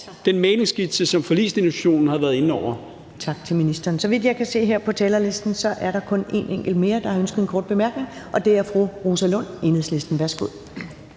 12:06 Første næstformand (Karen Ellemann): Tak til ministeren. Så vidt jeg kan se her på talerlisten, er der kun en enkelt mere, der har ønsket en kort bemærkning. Det er fru Rosa Lund, Enhedslisten. Værsgo.